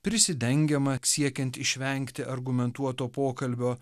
prisidengiama siekiant išvengti argumentuoto pokalbio